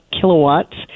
kilowatts